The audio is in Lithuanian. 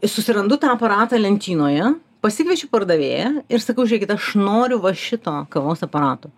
susirandu tą aparatą lentynoje pasikviečiu pardavėją ir sakau žiūrėkit aš noriu va šito kavos aparato